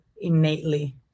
innately